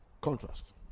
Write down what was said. contrast